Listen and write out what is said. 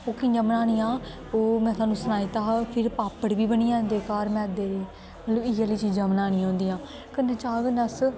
ओह् कि'यां बनानियां ओह् में तोआनूं सनाई दित्ता हा फिर पापड़ बी बनी जंदे घर मैदे दे मतलब इ'यै नेही चीजां बनानियां होंदियां कन्नै चाह् कन्नै अस